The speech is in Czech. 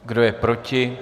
Kdo je proti?